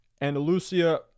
Andalusia